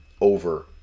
over